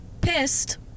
pissed